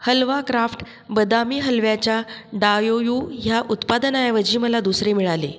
हलवा Kraft बदामी हलव्याच्या डायोयू ह्या उत्पादनाऐवजी मला दुसरे मिळाले